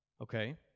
okay